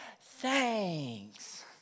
thanks